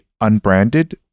unbranded